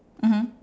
mmhmm